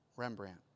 Rembrandt